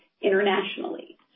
internationally